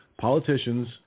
Politicians